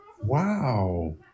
Wow